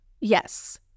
yes